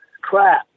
crap